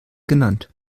genannt